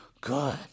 Good